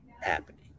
happening